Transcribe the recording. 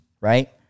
Right